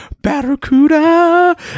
Barracuda